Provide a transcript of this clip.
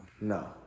No